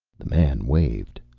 the man waved.